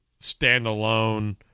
standalone